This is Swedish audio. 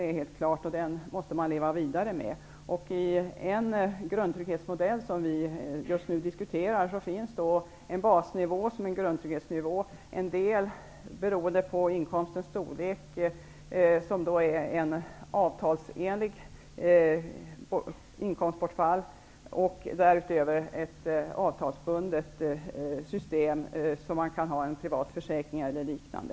Den måste man leva vidare med. I en grundtrygghetsmodell som vi just nu diskuterar finns en basnivå som en grundtrygghetsnivå. Den är till en del beroende på inkomstens storlek. Det är fråga om ett avtalsenligt inkomstbortfall. Därutöver finns ett avtalsbundet system, där man kan ha en privat försäkring eller liknande.